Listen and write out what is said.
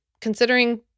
considering